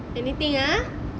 anything ah